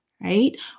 right